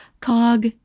Cog